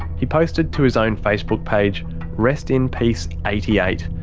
he posted to his own facebook page rest in peace eighty eight.